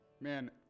Man